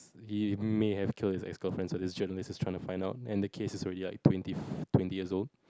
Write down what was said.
he may have kill his ex girlfriend so the journalist is trying to find out and the case is already like twenty twenty years old